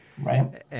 Right